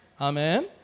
Amen